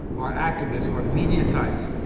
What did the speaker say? our activists, our media types,